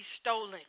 stolen